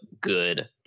good